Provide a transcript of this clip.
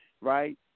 right